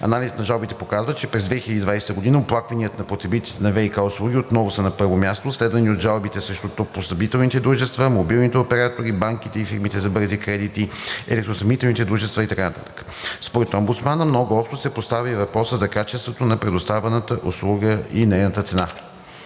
Анализът на жалбите показва, че през 2020 г. оплакванията на потребителите на ВиК услуги отново са на първо място, следвани от жалбите срещу топлоснабдителните дружества, мобилните оператори, банките и фирмите за бързи кредити, електроснабдителните дружества и така нататък. Според омбудсмана много остро се поставя и въпросът за качеството на предоставената услуга и нейната цена.